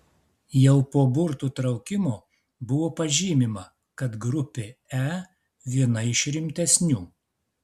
jau po burtų traukimo buvo pažymima kad grupė e viena iš rimtesnių